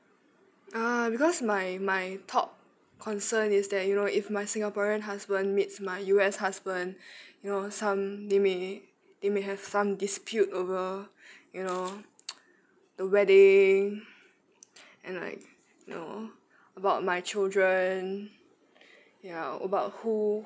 ah because my my top concern is that you know if my singaporean husband meets my U_S husband you know some they may they may have some dispute over you know the wedding and like you know about my children ya about who